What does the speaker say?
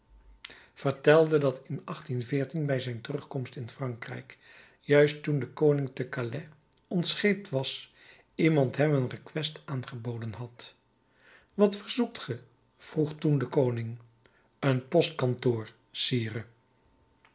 vertelde dat in bij zijn terugkomst in frankrijk juist toen de koning te calais ontscheept was iemand hem een request aangeboden had wat verzoekt ge vroeg toen de koning een postkantoor sire